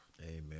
amen